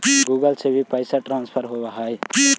Google से भी पैसा ट्रांसफर होवहै?